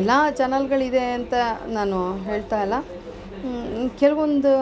ಎಲ್ಲ ಚಾನೆಲ್ಗಳಿದೆ ಅಂತ ನಾನು ಹೇಳ್ತಾ ಇಲ್ಲ ಕೆಲವೊಂದು